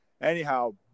Anyhow